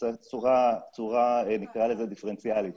בצורה דיפרנציאלית,